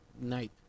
night